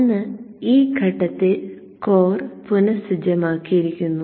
ഒന്ന് ഈ ഘട്ടത്തിൽ കോർ പുനഃസജ്ജമാക്കിയിരിക്കുന്നു